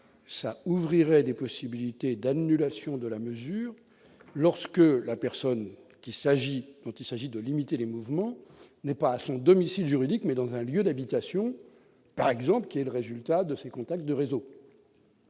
ça ouvrirait des possibilités d'annulation de la mesure, lorsque la personne qu'il s'agit donc il s'agit de limiter les mouvements n'est pas à son domicile juridique mais dans un lieu d'habitation par exemple qui est le résultat de ces contacts de réseau,